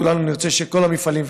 כולנו נרצה שכל המפעלים,